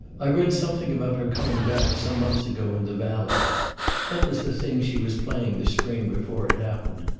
i read something about her coming back, some months ago, in the valley that was the thing she was playing the spring before it happened.